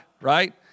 right